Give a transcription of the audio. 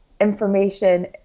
information